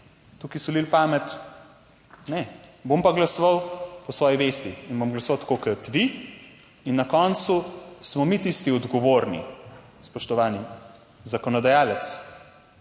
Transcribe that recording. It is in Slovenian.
tukaj solili pamet - ne. Bom pa glasoval po svoji vesti in bom glasoval tako kot vi. In na koncu smo mi tisti odgovorni, spoštovani, zakonodajalec